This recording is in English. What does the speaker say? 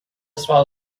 swell